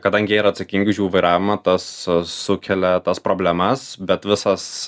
kadangi yra atsakingi už jų vairavimą tas sukelia tas problemas bet visas